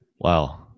Wow